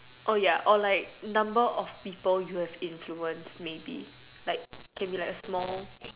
ya or like number of people you have influenced maybe like can be like a small